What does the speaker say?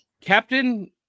Captain